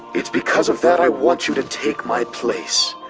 it's because of that i want you to take my place.